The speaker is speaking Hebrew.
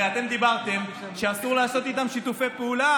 הרי אתם אמרתם שאסור לעשות איתם שיתופי פעולה,